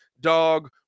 Dog